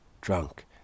drunk